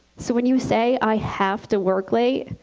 so when you say, i have to work late,